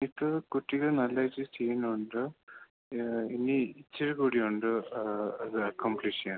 ഇത് കുട്ടികൾ നല്ല രീതിയിൽ ചെയ്യുന്നുണ്ട് ഇനി ഇച്ചിരി കൂടിയുണ്ട് അത് അക്കപ്ലിഷ് ചെയ്യാൻ